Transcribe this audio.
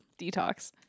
detox